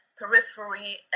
Periphery